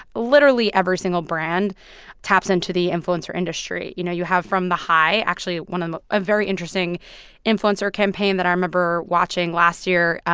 literally every single brand taps into the influencer industry. you know, you have from the high actually, one of a very interesting influencer campaign that i remember watching last year,